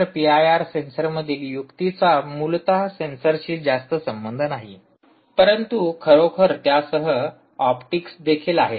तर P I R सेन्सरमधील युक्तीचा मूलत सेन्सरशी जास्त संबंध नाही परंतु खरोखर त्यासह ऑप्टिक्स देखील आहेत